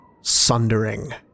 sundering